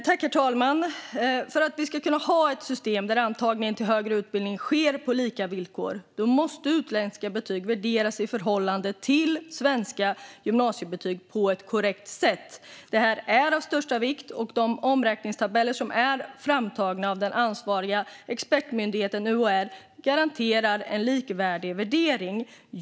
Herr talman! För att vi ska kunna ha ett system där antagningen till högre utbildning sker på lika villkor måste utländska betyg värderas i förhållande till svenska gymnasiebetyg på ett korrekt sätt. Detta är av största vikt, och de omräkningstabeller som är framtagna av den ansvariga expertmyndigheten UHR garanterar en likvärdig värdering.